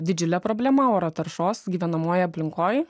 didžiulė problema oro taršos gyvenamojoj aplinkoj